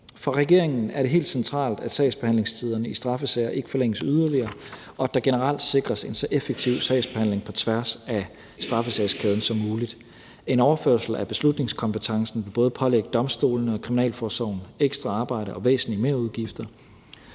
For regeringen er det helt centralt, at sagsbehandlingstiderne i straffesager ikke forlænges yderligere, og at der generelt sikres en så effektiv sagsbehandling på tværs af straffesagskæden som muligt. En overførsel af beslutningskompetencen vil både pålægge domstolene og kriminalforsorgen ekstra arbejde og væsentlige merudgifter,